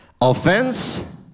offense